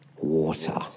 Water